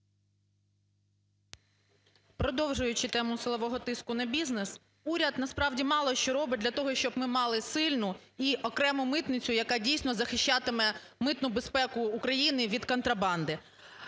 Продовжуючи тему силового тиску на бізнес. Уряд насправді мало що робить для того, щоб ми мали сильну і окрему митницю, яка дійсно захищатиме митну безпеку України від контрабанди.